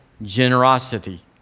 generosity